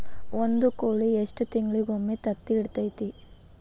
ಒಂದ್ ಕೋಳಿ ಎಷ್ಟ ತಿಂಗಳಿಗೊಮ್ಮೆ ತತ್ತಿ ಇಡತೈತಿ?